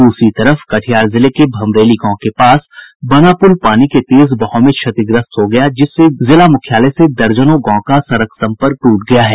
दूसरी तरफ कटिहार जिले के भमरेली गांव के पास बना पुल पानी के तेज बहाव में क्षतिग्रस्त हो गया जिससे जिला मुख्यालय से दर्जनों गांव का सड़क संपर्क ट्रट गया है